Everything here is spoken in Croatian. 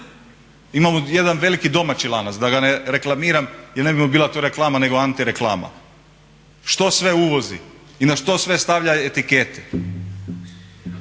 Imamo jedan veliki domaći lanac da ga ne reklamiram jer ne bi mu bila to reklama nego antireklama. Što sve uvozi i na što sve stavlja etikete.